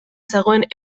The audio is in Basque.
zegoen